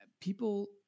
people